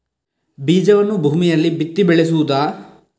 ಬೀಜವನ್ನು ಭೂಮಿಯಲ್ಲಿ ಬಿತ್ತಿ ಬೆಳೆಸುವುದಾ?